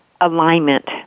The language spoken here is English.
alignment